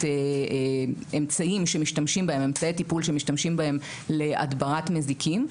אמצעי טיפול שמשתמשים בהם להדברת מזיקים,